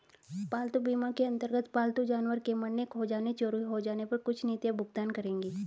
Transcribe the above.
पालतू बीमा के अंतर्गत पालतू जानवर के मरने, खो जाने, चोरी हो जाने पर कुछ नीतियां भुगतान करेंगी